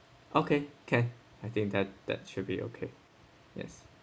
okay can I think that that should be okay yes